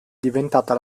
diventata